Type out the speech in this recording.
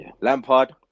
Lampard